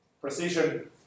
precision